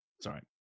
sorry